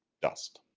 dust.